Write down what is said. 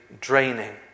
draining